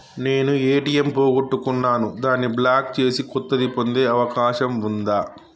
నేను ఏ.టి.ఎం పోగొట్టుకున్నాను దాన్ని బ్లాక్ చేసి కొత్తది పొందే అవకాశం ఉందా?